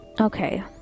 Okay